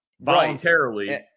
voluntarily